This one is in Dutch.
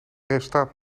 resultaat